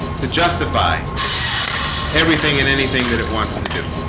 to justify everything in anything that it wants to do